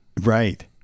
Right